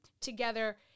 together